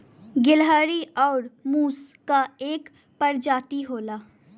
गिलहरी आउर मुस क एक परजाती होला